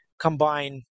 combine